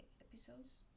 episodes